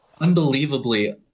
unbelievably